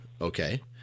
Okay